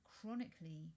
chronically